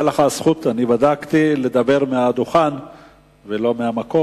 היתה לך זכות לדבר מהדוכן ולא מהמקום,